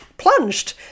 plunged